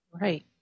Right